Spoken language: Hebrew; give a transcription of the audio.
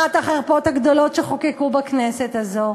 אחת החרפות הגדולות שחוקקו בכנסת הזאת.